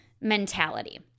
mentality